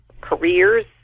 careers